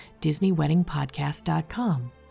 DisneyWeddingPodcast.com